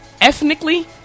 Ethnically